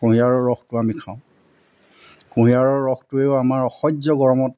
কুঁহিয়াৰৰ ৰসটো আমি খাওঁ কুঁহিয়াৰৰ ৰসটোৱেও আমাৰ অসহ্য গৰমত